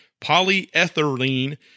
polyethylene